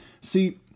See